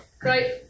Great